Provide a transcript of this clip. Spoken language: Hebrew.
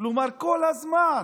כלומר כל הזמן,